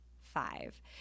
five